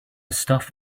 stuff